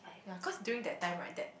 yea cause during that time right that